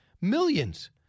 Millions